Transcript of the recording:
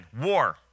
war